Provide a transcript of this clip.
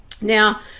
now